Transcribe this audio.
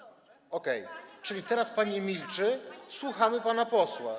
Okej, czyli teraz pani milczy, słuchamy pana posła.